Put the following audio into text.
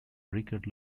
richard